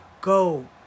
Go